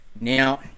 Now